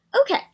Okay